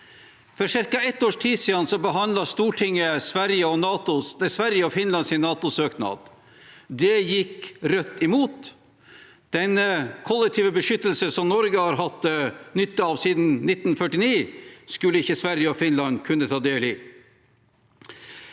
For ca. et års tid siden behandlet Stortinget Sveriges og Finlands NATOsøknad. Det gikk Rødt imot. Den kollektive beskyttelse som Norge har hatt nytte av siden 1949, skulle ikke Sverige og Finland kunne ta del i.